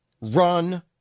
Run